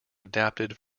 adapted